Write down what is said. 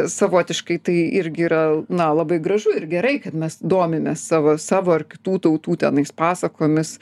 savotiškai tai irgi yra na labai gražu ir gerai kad mes domimės savo savo ar kitų tautų tenais pasakomis